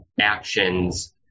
actions